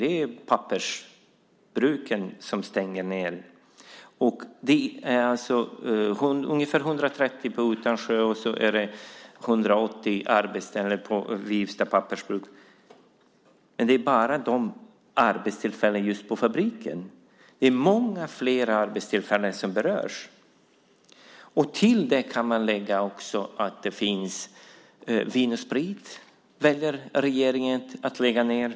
Det är pappersbruken som läggs ned. I Utansjö pappersbruk är det fråga om ungefär 130 arbetstillfällen och i Wifsta pappersbruk 180 arbetstillfällen. Men det handlar inte bara om arbetstillfällena på fabrikerna. Det är många fler arbetstillfällen som berörs. Dessutom väljer regeringen att lägga ned en av Vin & Sprits fabriker. Eva Sonidsson har nämnt Sandö.